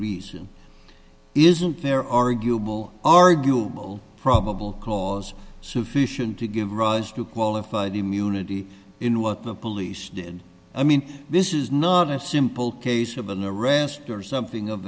reason isn't there arguable argue no probable cause sufficient to give rise to qualified immunity in what the police did i mean this is not a simple case of an arrest or something of